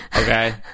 Okay